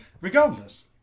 regardless